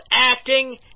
acting